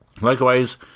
Likewise